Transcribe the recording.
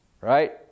Right